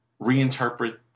reinterpret